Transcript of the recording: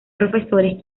profesores